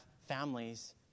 families